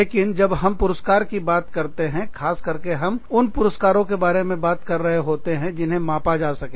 लेकिन जब हम पुरस्कार की बात करते हैं खास करके हम उन पुरस्कारों के बारे में बात कर रहे होते हैं जिन्हें मापा जा सके